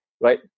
Right